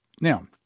Now